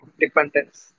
dependence